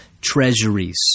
treasuries